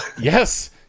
Yes